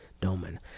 Doman